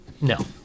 No